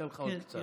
אז אתן לך עוד קצת,